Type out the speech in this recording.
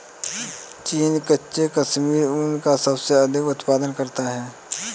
चीन कच्चे कश्मीरी ऊन का सबसे अधिक उत्पादन करता है